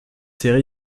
série